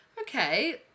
okay